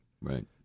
right